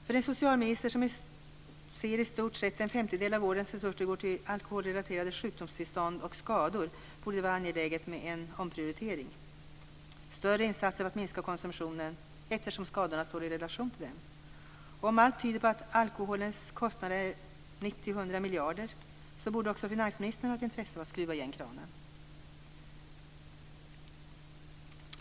För den socialminister som ser i stort sett en femtedel av årets resurser gå till alkoholrelaterade sjukdomstillstånd och skador borde det vara angeläget med en omprioritering. Det ska vara större insatser för att minska konsumtionen eftersom skadorna står i relation till dem. Om allt tyder på att kostnaderna för alkoholen uppgår till 90-100 miljarder, borde också finansministern ha ett intresse av att skruva igen kranen.